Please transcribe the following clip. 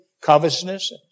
covetousness